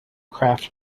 craft